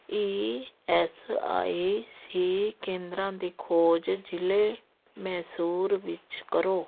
E S I C ਕੇਂਦਰਾਂ ਦੀ ਖੋਜ ਜ਼ਿਲ੍ਹੇ ਮੈਸੂਰ ਵਿੱਚ ਕਰੋ